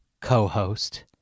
co-host